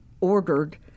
ordered